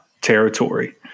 territory